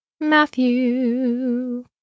Matthew